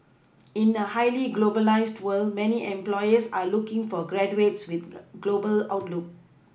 in a highly globalised world many employers are looking for graduates with the global outlook